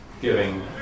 giving